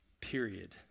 Period